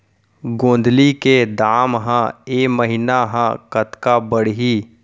गोंदली के दाम ह ऐ महीना ह कतका बढ़ही?